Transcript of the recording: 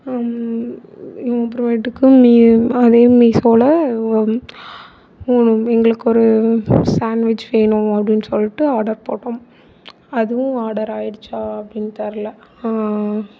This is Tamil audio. அப்புறமேட்டுக்கு அதே மீஷோவில எங்களுக்கு ஒரு சான்வெஜ் வேணும் அப்படினு சொல்லிட்டு ஆடர் போட்டோம் அதுவும் ஆடர் ஆயிடுச்சா அப்படினு தெரில